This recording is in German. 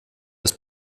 ist